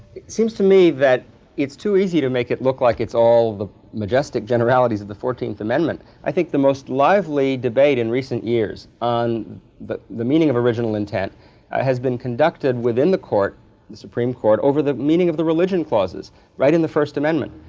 it seems to me that it's too easy to make it look like it's all the majestic generalities of the fourteenth amendment. i think the most lively debate in recent years on the the meaning of original intent has been conducted within the supreme court over the meaning of the religion clauses right in the first amendment.